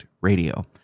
Radio